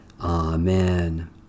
Amen